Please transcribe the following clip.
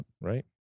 Right